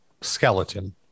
skeleton